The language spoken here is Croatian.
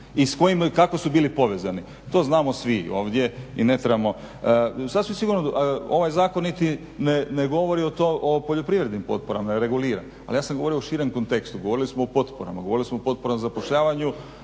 agencije i kako su bili povezani. To znamo svi ovdje i ne trebamo. Sasvim sigurno ovaj zakon niti ne govori o poljoprivrednim potporama jer regulira, ali ja sam govorio o širem kontekstu, govorili smo o potporama, govorili smo o potporama zapošljavanja